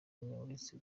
uretse